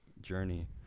journey